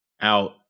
out